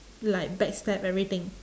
like back stab everything